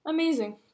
Amazing